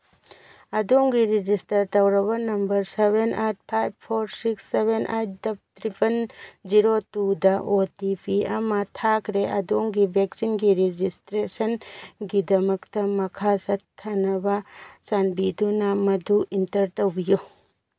ꯑꯗꯣꯝꯒꯤ ꯔꯦꯖꯤꯁꯇꯔ ꯇꯧꯔꯕ number seven eight five four six seven eight triple zero ꯇꯨꯗ O T P ꯑꯃ ꯊꯥꯈ꯭ꯔꯦ ꯑꯗꯣꯝꯒꯤ ꯚꯦꯛꯁꯤꯟꯒꯤ ꯔꯦꯖꯤꯁꯇ꯭ꯔꯦꯁꯟꯒꯤꯗꯃꯛꯇ ꯃꯈꯥ ꯆꯠꯊꯅꯕ ꯆꯥꯟꯕꯤꯗꯨꯅ ꯃꯗꯨ ꯏꯟꯇꯔ ꯇꯧꯕꯤꯌꯨ